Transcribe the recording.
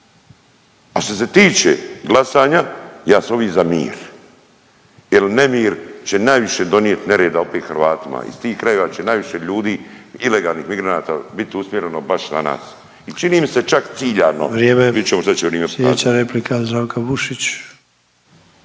A što se tiče glasanja ja sam uvik za mir jel nemir će najviše donijet nereda opet Hrvatima, iz tih krajeva će najviše ljudi ilegalnih migranata bit usmjereno baš na nas i čini mi se čak ciljano. …/Upadica Sanader: